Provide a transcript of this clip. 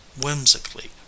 whimsically